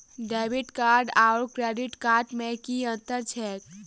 Debit card आओर credit card मे की अन्तर छैक?